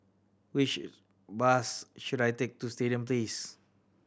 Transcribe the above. which bus should I take to Stadium Place